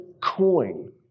coin